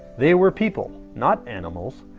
they were people, not animals,